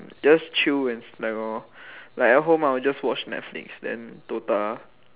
just chill and slack lor like at home I will just watch netflix then DOTA